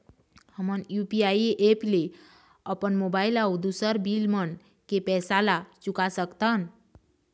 हमन UPI app ले अपन मोबाइल अऊ दूसर बिल मन के पैसा ला चुका सकथन